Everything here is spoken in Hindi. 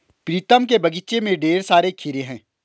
प्रीतम के बगीचे में ढेर सारे खीरे हैं